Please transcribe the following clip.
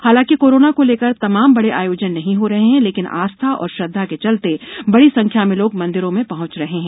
हालांकि कोरोना को लेकर तमाम बड़े आयोजन नहीं हो रहे हैं लेकिन आस्था और श्रद्वा के चलते बड़ी संख्या में लोग मंदिरों में पहुंच रहे हैं